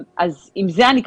עם זה אני,